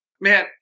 Man